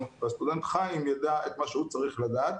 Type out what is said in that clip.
והסטודנט חיים יידע את מה שהוא צריך לדעת.